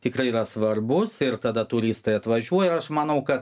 tikrai yra svarbus ir tada turistai atvažiuoja aš manau kad